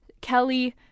kelly